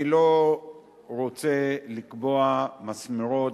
אני לא רוצה לקבוע מסמרות,